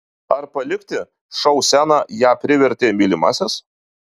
ar palikti šou sceną ją privertė mylimasis